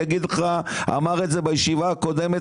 נציג משרד הבריאות אמר את זה בישיבה הקודמת,